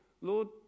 Lord